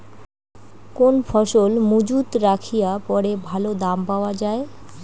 কোন ফসল মুজুত রাখিয়া পরে ভালো দাম পাওয়া যায়?